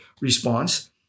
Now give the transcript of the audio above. response